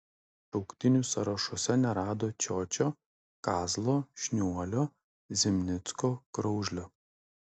šauktinių sąrašuose nerado čiočio kazlo šniuolio zimnicko kraužlio